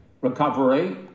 recovery